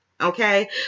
Okay